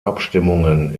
abstimmungen